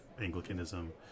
Anglicanism